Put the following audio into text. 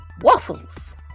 waffles